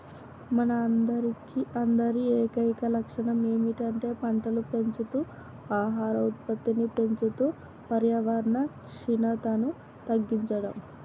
మన అందరి ఏకైక లక్షణం ఏమిటంటే పంటలు పెంచుతూ ఆహార ఉత్పత్తిని పెంచుతూ పర్యావరణ క్షీణతను తగ్గించడం